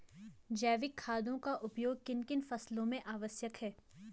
जैविक खादों का उपयोग किन किन फसलों में आवश्यक है?